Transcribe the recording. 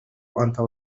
antaŭ